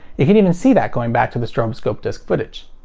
you can even see that going back to the stroboscope disc footage.